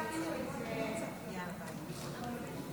בשל פעולות האיבה או פעולות המלחמה (הוראת שעה,